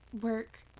work